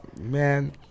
Man